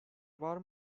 var